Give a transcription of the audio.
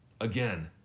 Again